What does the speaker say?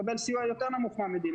יקבל סיוע יותר נמוך מהמדינה.